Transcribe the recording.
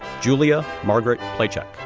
julia margarat placek,